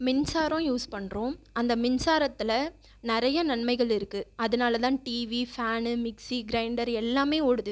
மின்சாரம் யூஸ் பண்றோம் அந்த மின்சாரத்தில் நிறைய நன்மைகள் இருக்கு அதனால் தான் டிவி ஃபேன் மிக்சி கிரைண்டர் எல்லாமே ஓடுது